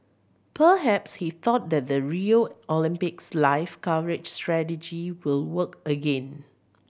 perhaps he thought that the Rio Olympics live coverage strategy will work again